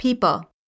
people